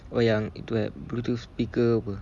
oh yang itu eh bluetooth speaker apa